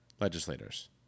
legislators